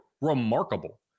remarkable